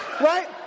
right